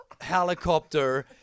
helicopter